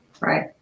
Right